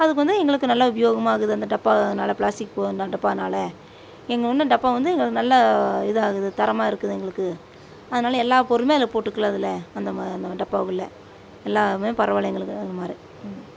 அதுக்கு வந்து எங்களுக்கு நல்ல உபயோகமாக இருக்குது அந்த டப்பாவினால பிளாஸ்டிக் பூ டப்பாவினால எங்கள் வந்து டப்பா வந்து எங்களுக்கு நல்லா இதாகுது தரமாக இருக்குது எங்களுக்கு அதனால் எல்லா பொருளும் அதில் போட்டுக்கலாம் அதில் அந்தமாரி அந்த டப்பா உள்ளே எல்லாம் பரவாயில்லை எங்களுக்கு